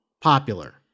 popular